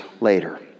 later